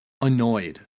annoyed